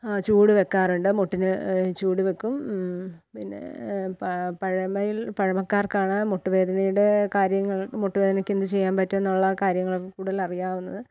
ആ ചൂട് വയക്കാറുണ്ട് മുട്ടിനു ചൂടു വയ്ക്കും പിന്നെ പഴമയിൽ പഴമക്കാർക്കാണ് മുട്ടുവേദനയുടെ കാര്യങ്ങൾ മുട്ടുവേദനക്കു എന്തു ചെയ്യാൻ പറ്റും എന്നൊക്കെയുള്ള കാര്യങ്ങളൊക്കെ കൂടുതൽ അറിയാവുന്നത്